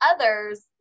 others